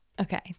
okay